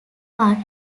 but